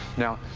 now,